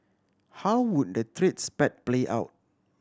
how would the trade spat play out